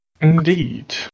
Indeed